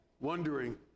Wondering